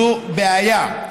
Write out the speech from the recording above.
זו בעיה.